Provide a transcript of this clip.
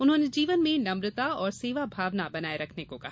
उन्होंने जीवन में नम्रता और सेवा भावना बनाये रखने को कहा